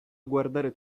guardare